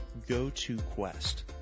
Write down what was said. GoToQuest